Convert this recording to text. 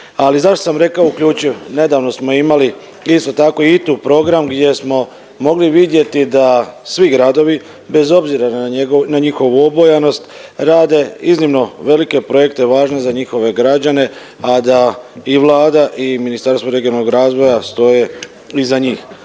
Ali zašto sam rekao uključiv? Nedavno smo imali isto tako ITU program gdje smo mogli vidjeti da svi gradovi bez obzira na njegovu, na njihovu obojanost rade iznimno velike projekte važne za njihove građane, a da i Vlada i Ministarstvo regionalnog razvoja stoje iza njih.